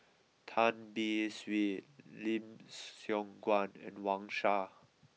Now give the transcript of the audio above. Tan Beng Swee Lim Siong Guan and Wang Sha